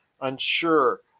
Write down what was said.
unsure